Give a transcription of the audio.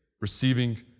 receiving